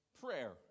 prayer